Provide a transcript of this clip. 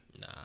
Nah